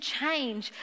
change